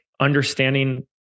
understanding